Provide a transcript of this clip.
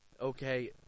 Okay